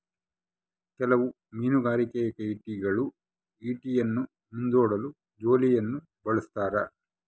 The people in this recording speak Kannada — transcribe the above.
ಕೆಲವು ಮೀನುಗಾರಿಕೆ ಈಟಿಗಳು ಈಟಿಯನ್ನು ಮುಂದೂಡಲು ಜೋಲಿಯನ್ನು ಬಳಸ್ತಾರ